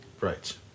Right